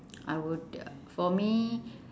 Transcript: I would uh for me